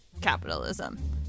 capitalism